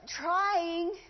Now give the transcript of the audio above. trying